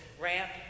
ramp